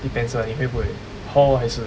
depends lah 你会不会 hall 还是